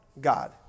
God